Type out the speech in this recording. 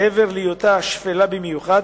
מעבר להיותה שפלה במיוחד,